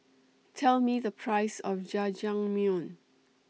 Tell Me The Price of Jajangmyeon